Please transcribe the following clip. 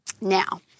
Now